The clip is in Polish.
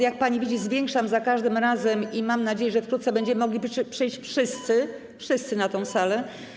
Jak pani widzi, zwiększam to za każdym razem i mam nadzieję, że wkrótce będziemy mogli przyjść wszyscy na tę salę.